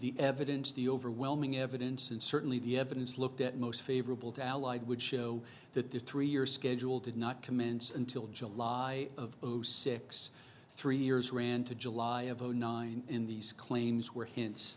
the evidence the overwhelming evidence and certainly the evidence looked at most favorable to allied would show that the three year schedule did not commence until july of zero six three years ran to july of zero nine in these claims were hints